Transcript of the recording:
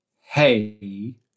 hey